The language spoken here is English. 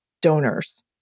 donors